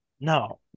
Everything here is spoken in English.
No